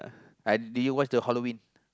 I do you watch the Halloween